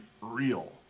real